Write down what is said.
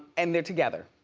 and they're together.